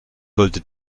sollte